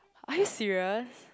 are you serious